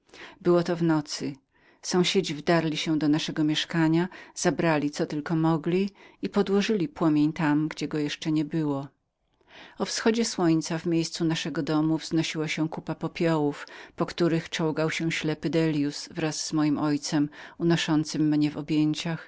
było to w nocy sąsiedzi dostali się do jego mieszkania zabrali co mieli pod ręką i podłożyli płomień tam gdzie go jeszcze nie było o wschodzie słońca zamiast naszego domu ujrzeliśmy kupę popiołów po których czołgał się ślepy dellius wraz z moim ojcem unoszącym mnie w objęciach